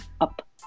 up